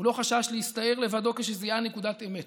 הוא לא חשש להסתער לבדו כשזיהה נקודת אמת,